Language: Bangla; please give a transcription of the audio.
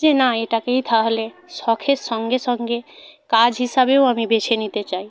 যে না এটাকেই তাহলে শখের সঙ্গে সঙ্গে কাজ হিসাবেও আমি বেছে নিতে চাই